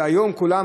והיום כולם,